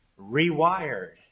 rewired